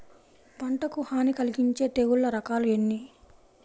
పంటకు హాని కలిగించే తెగుళ్ల రకాలు ఎన్ని?